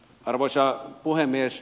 arvoisa puhemies